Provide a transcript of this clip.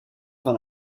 van